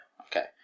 Okay